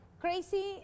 crazy